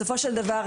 בסופו של דבר,